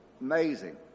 amazing